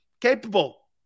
Capable